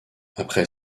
après